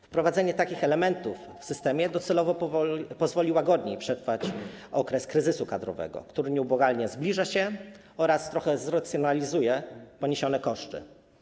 Wprowadzenie takich elementów w systemie docelowo pozwoli łagodniej przetrwać okres kryzysu kadrowego, który nieubłaganie zbliża się, oraz trochę zracjonalizować poniesione koszty.